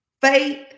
Faith